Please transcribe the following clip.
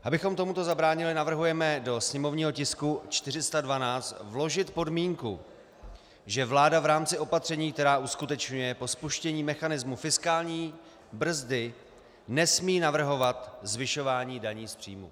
Abychom tomuto zabránili, navrhujeme do sněmovního tisku 412 vložit podmínku, že vláda v rámci opatření, která uskutečňuje, po spuštění mechanismu fiskální brzdy nesmí navrhovat zvyšování daní z příjmu.